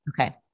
Okay